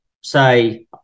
say